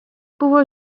buvo